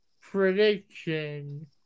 prediction